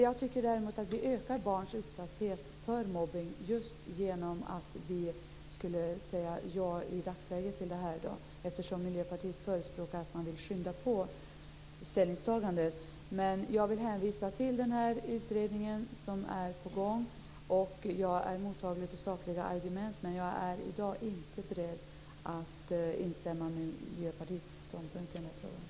Jag tycker däremot att vi ökar barns utsatthet för mobbning just genom att vi i dagsläget skulle säga ja till detta. Miljöpartiet förespråkar ju att vi ska skynda på ställningstagandet. Men jag vill hänvisa till den utredning som är på gång. Jag är mottaglig för sakliga argument, men jag är i dag inte beredd att instämma i Miljöpartiets ståndpunkt i den här frågan.